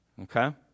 Okay